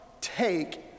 take